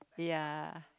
ya